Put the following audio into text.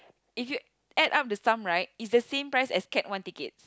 if you add up the sum right is the same price as cat one ticket